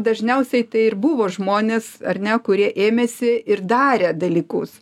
dažniausiai tai ir buvo žmonės ar ne kurie ėmėsi ir darė dalykus